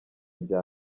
irya